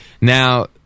Now